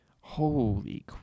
Holy